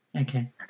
Okay